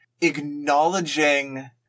acknowledging